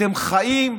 אתם חיים,